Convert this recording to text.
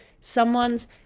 Someone's